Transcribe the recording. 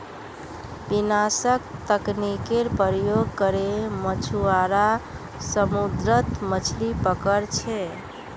विनाशक तकनीकेर प्रयोग करे मछुआरा समुद्रत मछलि पकड़ छे